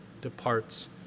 departs